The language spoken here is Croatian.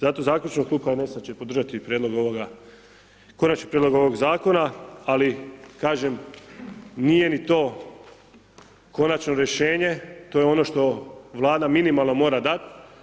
Zato zaključno Klub HNS-a će podržati prijedlog ovoga konačni prijedlog ovog zakona, ali kažem nije ni to konačno rješenje to je ono što Vlada minimalno mora dat.